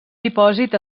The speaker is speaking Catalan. dipòsit